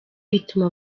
ituma